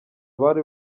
bari